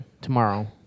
tomorrow